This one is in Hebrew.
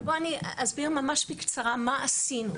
ופה אני אסביר ממש בקצרה מה עשינו.